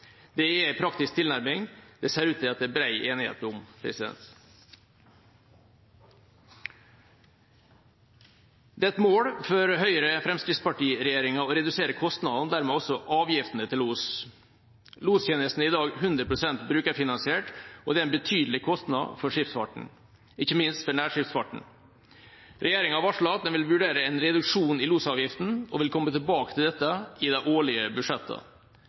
er en praktisk tilnærming det ser ut til at det er bred enighet om. Det er et mål for Høyre–Fremskrittsparti-regjeringa å redusere kostnadene og dermed også avgiftene til los. Lostjenesten er i dag 100 pst. brukerfinansiert, og det er en betydelig kostnad for skipsfarten, ikke minst for nærskipsfarten. Regjeringa har varslet at den vil vurdere en reduksjon i losavgiftene og vil komme tilbake til dette i de årlige budsjettene. Det